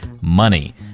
money